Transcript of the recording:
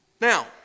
Now